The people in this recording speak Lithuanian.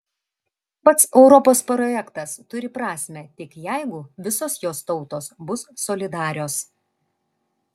pats europos projektas turi prasmę tik jeigu visos jos tautos bus solidarios